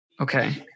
Okay